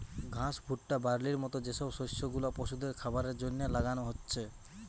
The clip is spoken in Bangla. ঘাস, ভুট্টা, বার্লির মত যে সব শস্য গুলা পশুদের খাবারের জন্যে লাগানা হচ্ছে